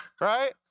Right